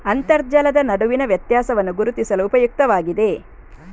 ಅಂತರ್ಜಲದ ನಡುವಿನ ವ್ಯತ್ಯಾಸವನ್ನು ಗುರುತಿಸಲು ಉಪಯುಕ್ತವಾಗಿದೆ